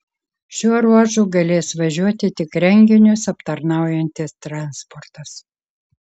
šiuo ruožu galės važiuoti tik renginius aptarnaujantis transportas